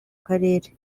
karere